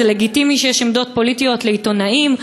זה לגיטימי שיש עמדות פוליטיות לעיתונאים,